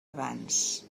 abans